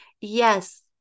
Yes